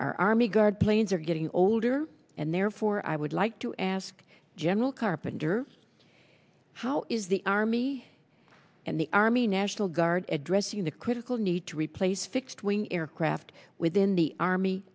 army guard planes are getting older and therefore i would like to ask general carpenter how is the army and the army national guard addressing the critical need to replace fixed wing aircraft within the army